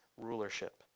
rulership